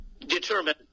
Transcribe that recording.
determine